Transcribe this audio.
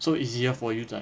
so easy for you to like